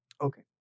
Okay